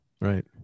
Right